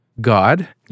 God